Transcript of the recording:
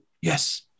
Yes